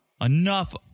Enough